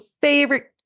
favorite